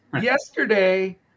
yesterday